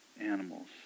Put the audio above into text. animals